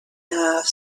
half